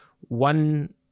One